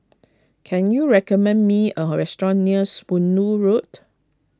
can you recommend me a restaurant near Spooner Road